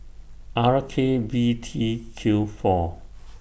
R K V T Q four